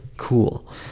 cool